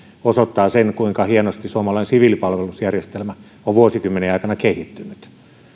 osoittavat sen kuinka hienosti suomalainen siviilipalvelusjärjestelmä on vuosikymmenien aikana kehittynyt